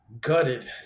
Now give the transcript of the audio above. gutted